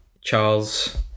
Charles